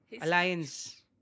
Alliance